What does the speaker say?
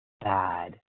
bad